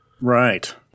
Right